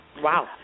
Wow